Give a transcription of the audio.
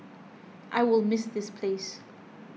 I will miss this place